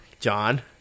john